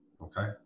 Okay